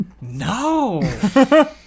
No